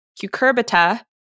cucurbita